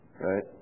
right